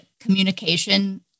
communication